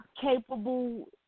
capable